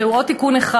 זהו עוד תיקון אחד,